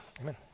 Amen